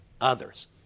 others